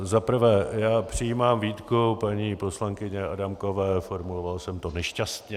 Za prvé, já přijímám výtku paní poslankyně Adámkové, formuloval jsem to nešťastně.